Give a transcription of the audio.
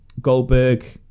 Goldberg